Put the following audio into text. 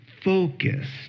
focused